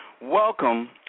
welcome